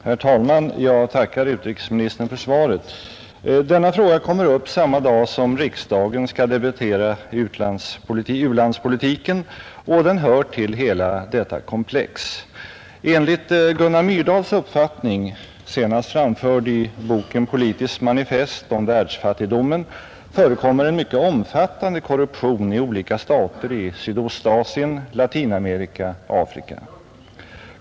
Herr talman! Jag tackar utrikesministern för svaret. Denna fråga kommer upp samma dag som riksdagen skall debattera u-landspolitiken och den hör till hela detta komplex. Enligt Gunnar Myrdals uppfattning, senast framförd i boken Politiskt manifest om världsfattigdomen, förekommer en mycket omfattande korruption i olika stater i Sydostasien, Latinamerika, Afrika.